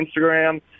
Instagram